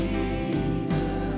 Jesus